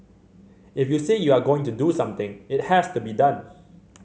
if you say you are going to do something it has to be done